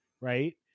right